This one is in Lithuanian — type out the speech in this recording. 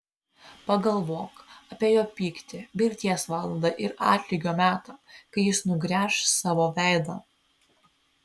pagalvok apie jo pyktį mirties valandą ir atlygio metą kai jis nugręš savo veidą